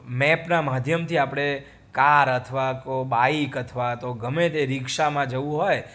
મેપના માધ્યમથી આપણે કાર અથવા કો બાઇક અથવા તો ગમે તે રિક્ષામાં જવું હોય